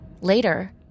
Later